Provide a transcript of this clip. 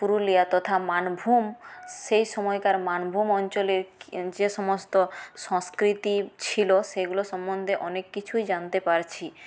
পুরুলিয়া তথা মানভূম সেই সময়কার মানভূম অঞ্চলে যে সমস্ত সংস্কৃতি ছিল সেগুলো সম্বন্ধে অনেক কিছুই জানতে পারছি